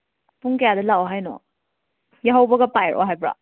ꯄꯨꯡ ꯀꯌꯥꯗ ꯂꯥꯛ ꯑꯣ ꯍꯥꯏꯅꯣ ꯌꯥꯍꯧꯕꯒ ꯄꯥꯏꯔꯛꯑꯣ ꯍꯥꯏꯕ꯭ꯔꯣ